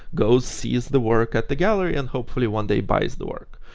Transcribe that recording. goes sees the work at the gallery and hopefully one day buys the work.